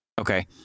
Okay